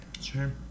sure